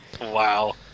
Wow